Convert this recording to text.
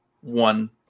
one